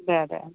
അതെ അതെ